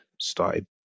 started